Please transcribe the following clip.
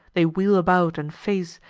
they wheel about and face,